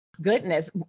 goodness